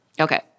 Okay